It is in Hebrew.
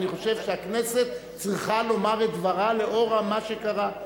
ואני חושב שהכנסת צריכה לומר את דברה לאור מה שקרה.